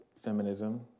feminism